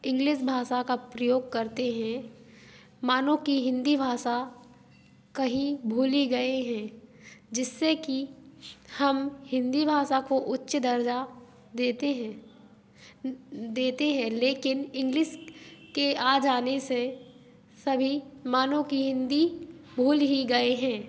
English भाषा का प्रयोग करते हैं मानो की हिंदी भाषा कहीं भूल ही गए हैं जिससे कि हम हिंदी भाषा को उच्च दर्जा देते हैं देते हैं लेकिन इंग्लिस के आ जाने से सभी मानो की हिंदी भूल ही गए हैं